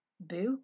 Book